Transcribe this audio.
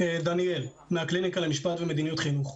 דניאל מהקליניקה למשפט ומדיניות חינוך.